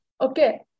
Okay